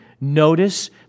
notice